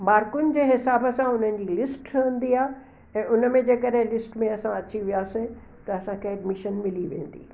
मार्कुनि जे हिसाब सां उन्हनि जी लिस्ट ठहंदी आहे ऐं उन में जेकॾहिं लिस्ट में असां अची वियासीं त असांखे एडमीशन मिली वेंदी